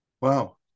Wow